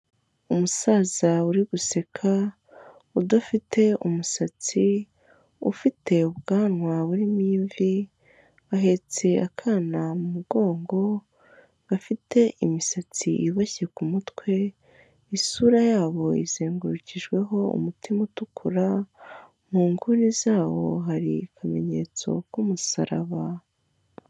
Umusaza uri guseka udafite umusatsi, ufite ubwanwa buririmo imvi, ahetse akana mugongo gafite imisatsi iboshye ku mutwe, isura yabo izengurukijweho umutima utukura, mu nguni zawo hari akamenyetso k'umusaraba.